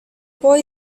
boy